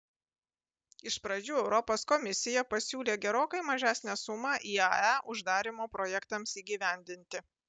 iš pradžių europos komisija pasiūlė gerokai mažesnę sumą iae uždarymo projektams įgyvendinti